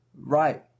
Right